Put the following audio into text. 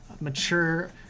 mature